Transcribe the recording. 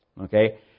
Okay